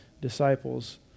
disciples